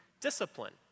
discipline